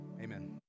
amen